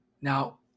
Now